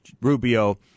Rubio